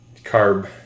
carb